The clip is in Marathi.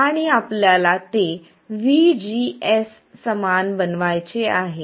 आणि आपल्याला ते vgs समान बनवायचे आहे